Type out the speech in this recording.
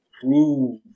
prove